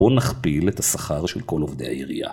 או נכפיל את השכר של כל עובדי העירייה.